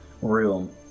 room